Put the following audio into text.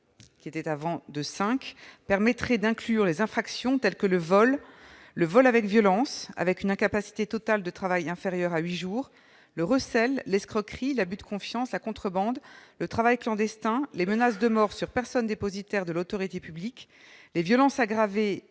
permettrait d'inclure les infractions telles que le vol, le vol avec violences avec une incapacité totale de travail inférieure à huit jours, le recel, l'escroquerie, l'abus de confiance, la contrebande, le travail clandestin, les menaces de mort sur personne dépositaire de l'autorité publique, les violences aggravées